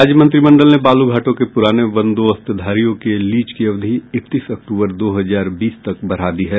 राज्य मंत्रिमंडल ने बालू घाटों के पुराने बंदोबस्तधारियों के लीज की अवधि इकतीस अक्टूबर दो हजार बीस तक बढ़ा दी है